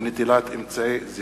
ואני לא אומר שמגיע להם מיליון